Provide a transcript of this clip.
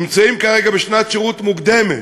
נמצאים כרגע בשנת שירות מוקדמת,